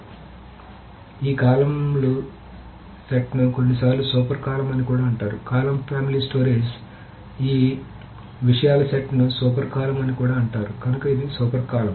కాబట్టి ఈ కాలమ్ల సెట్ను కొన్నిసార్లు సూపర్ కాలమ్ అని కూడా అంటారు కాలమ్ ఫ్యామిలీ స్టోరేజ్ ఈ విషయాల సెట్ను సూపర్ కాలమ్ అని కూడా అంటారు కనుక ఇది సూపర్ కాలమ్